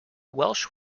welsh